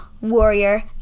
Warrior